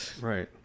Right